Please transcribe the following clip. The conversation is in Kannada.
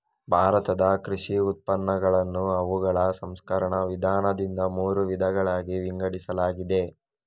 ಭಾರತದ ಕೃಷಿ ಉತ್ಪನ್ನಗಳನ್ನು ಅವುಗಳ ಸಂಸ್ಕರಣ ವಿಧಾನದಿಂದ ಮೂರು ವಿಧಗಳಾಗಿ ವಿಂಗಡಿಸಲಾಗಿದೆ